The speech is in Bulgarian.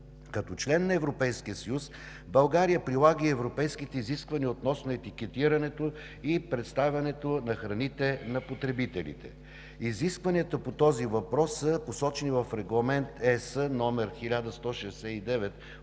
Като член на Европейския съюз България прилага и европейските изисквания относно етикетирането и представянето на храните на потребителите. Изискванията по този въпрос са посочени в Регламент (ЕС) № 1169